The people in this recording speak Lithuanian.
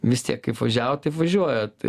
vis tiek kaip važiavo taip važiuoja